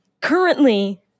currently